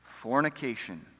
fornication